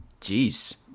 Jeez